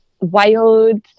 wild